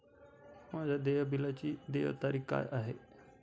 माझ्या देय बिलाची देय तारीख काय आहे?